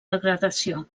degradació